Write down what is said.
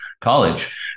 college